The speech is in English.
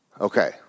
Okay